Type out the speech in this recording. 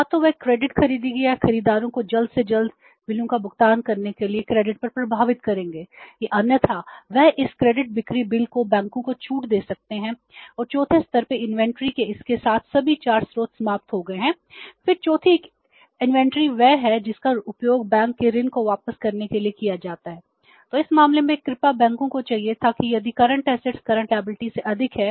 या तो वे क्रेडिट से अधिक है